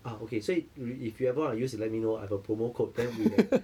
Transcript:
ah okay 所以 if you ever want to use you let me know I got promo code then we have